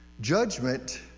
Judgment